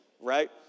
right